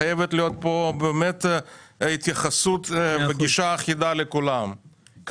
חייבת להיות פה התייחסות אחידה לכולם,